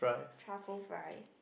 truffle fries